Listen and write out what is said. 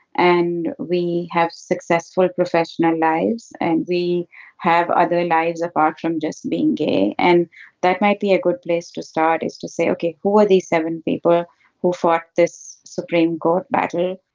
and we have successful professional lives and we have other lives of action. just being gay and that might be a good place to start is to say, ok, who are these seven people who fought this supreme court battle?